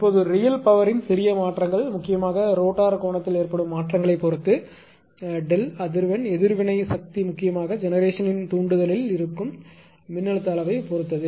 இப்போது ரியல் பவரின் சிறிய மாற்றங்கள் முக்கியமாக ரோட்டார் கோணத்தில் ஏற்படும் மாற்றங்களைப் பொறுத்தது δ அதிர்வெண் எதிர்வினை சக்தி முக்கியமாக ஜெனெரேஷனின் தூண்டுதலில் இருக்கும் மின்னழுத்த அளவைப் பொறுத்தது